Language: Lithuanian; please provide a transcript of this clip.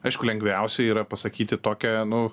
aišku lengviausia yra pasakyti tokią nu